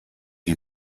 you